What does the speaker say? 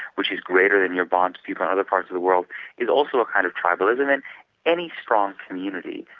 which is greater than your bond to people in other parts of the world is also a kind of tribalism and any strong community,